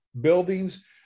buildings